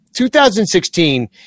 2016